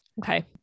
okay